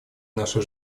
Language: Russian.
наша